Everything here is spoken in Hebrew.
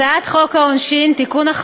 הצעת חוק העונשין (תיקון,